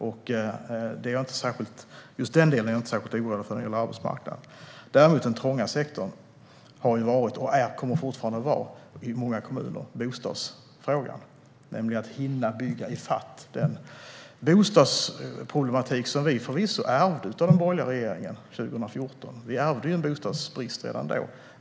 Just arbetsmarknaden är jag inte särskilt oroad över. Däremot har det varit och är ett problem med den trånga bostadssektorn, nämligen att hinna bygga bort den bostadsbrist som vi förvisso ärvde från den borgerliga regeringen 2014.